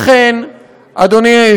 לא הקשבת לאף מילה שלי.